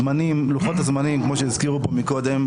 לוחות-הזמנים כמו שהזכירו פה קודם,